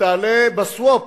שתעלה ב-swap,